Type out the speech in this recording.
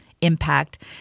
impact